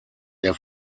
der